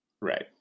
Right